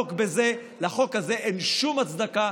שלחוק הזה אין שום הצדקה.